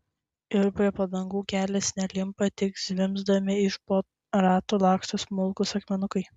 ir prie padangų kelias nelimpa tik zvimbdami iš po ratų laksto smulkūs akmenukai